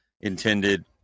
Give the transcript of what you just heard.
intended